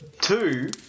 Two